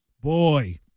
boy